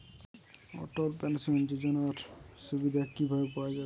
অটল pension যোজনার সুবিধা কি ভাবে পাওয়া যাবে?